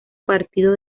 partido